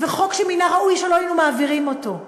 חוק שמן הראוי שלא היינו מעבירים אותו.